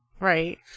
Right